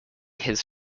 his